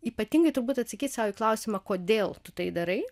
ypatingai turbūt atsakyt sau į klausimą kodėl tu tai darai